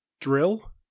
drill